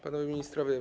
Panowie Ministrowie!